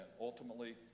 Ultimately